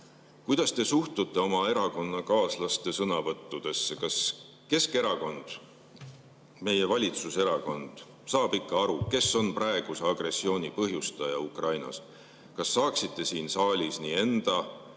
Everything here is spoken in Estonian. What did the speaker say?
Kuidas te suhtute oma erakonnakaaslaste sõnavõttudesse? Kas Keskerakond, meie valitsuserakond, saab ikka aru, kes on praeguse agressiooni põhjustaja Ukrainas? Kas saaksite siin saalis nii enda